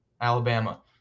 Alabama